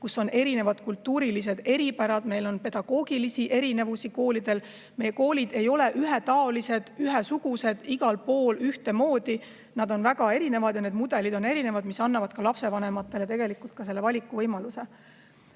oma kultuuriliste eripäradega, meil on pedagoogilisi erinevusi koolidel. Meie koolid ei ole ühetaolised, ühesugused, igal pool ühtemoodi. Nad on väga erinevad ja need mudelid on erinevad, mis annab lapsevanematele tegelikult valikuvõimaluse.